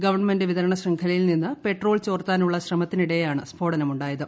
government വിതരണ ശൃംഖലയിൽ നിന്ന് പെട്രോൾ ചോർത്താനുള്ള ശ്രമത്തിനിടെയാണ് സ്ഫോടനം ഉണ്ടായത്